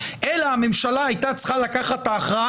אלא הממשלה הייתה צריכה לקחת את ההכרעה